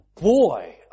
boy